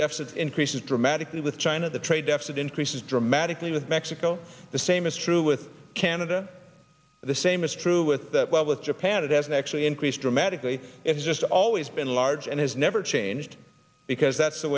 deficit increases dramatically with china the trade deficit increases dramatically with mexico the same is true with canada the same is true with well with japan it has actually increased dramatically it's just always been large and has never changed because that's the